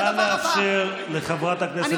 נא לאפשר לחברת הכנסת גוטליב לסיים את דבריה.